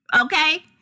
Okay